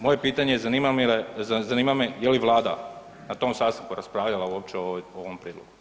Moje pitanje, zanima me je li Vlada na tom sastanku uopće raspravljala uopće o ovom prijedlogu?